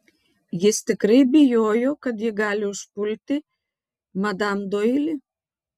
jis tikrai bijojo kad ji gali užpulti madam doili